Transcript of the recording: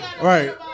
Right